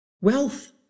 wealth